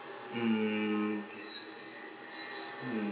mm mm